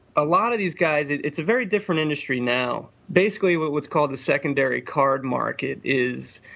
a lot of these guys, it's a very different industry now, basically with what's called the secondary card market is,